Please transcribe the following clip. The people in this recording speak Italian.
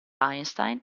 einstein